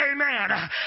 Amen